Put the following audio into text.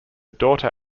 daughter